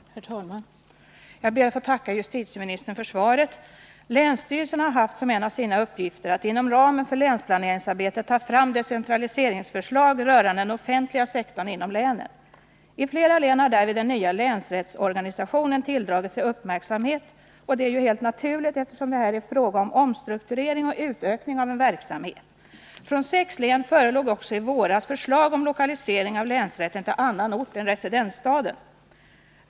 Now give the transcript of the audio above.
Herr talman! Jag ber att få tacka justitieministern för svaret. Länsstyrelserna har haft som en av sina uppgifter att inom ramen för länsplaneringsarbetet ta fram decentraliseringsförslag rörande den offentliga sektorn inom länen. I flera län har därvid den nya länsrättsorganisationen tilldragit sig uppmärksamhet. Det är helt naturligt, eftersom det här är fråga om omstrukturering och utökning av en verksamhet. Från sex län förelåg också i våras förslag till lokalisering av länsrätten till annan ort än residensstaden.